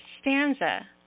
stanza